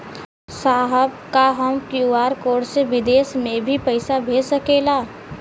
साहब का हम क्यू.आर कोड से बिदेश में भी पैसा भेज सकेला?